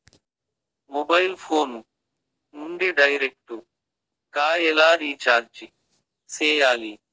mobile phone నుండి direct గా ఎలా రీచార్జి సేయాలి